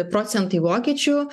procentai vokiečių